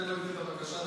הם נותנים את הבקשה לכנסת,